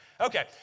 Okay